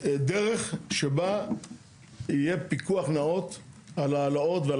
דרך שבה יהיה פיקוח נאות על העלאות ועל